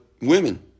women